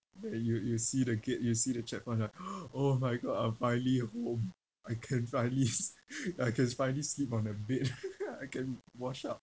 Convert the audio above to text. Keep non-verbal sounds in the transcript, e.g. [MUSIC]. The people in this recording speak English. uh you you see the gate you see the checkpoint it's like [NOISE] oh my god I'm finally home I can finally [LAUGHS] I can finally sleep on a bed [LAUGHS] I can wash up